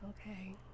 okay